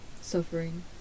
suffering